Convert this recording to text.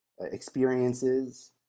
experiences